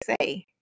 say